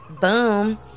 boom